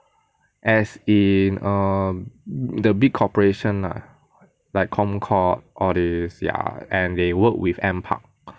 as in um the big corporation lah like Comcrop all these ya and they work with NPARK